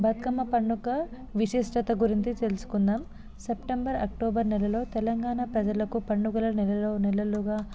బతుకమ్మ పండుగ విశిష్టత గురించి తెలుసుకుందాం సెప్టెంబరు అక్టోబరు నెలలు తెలంగాణ ప్రజలకు పండుగల నెలలు నెలలుగా